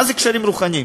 מה זה קשרים רוחניים?